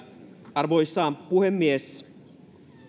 arvoisa puhemies